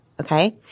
okay